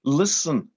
listen